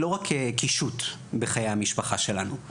היא לא רק קישוט בחיי המשפחה שלנו,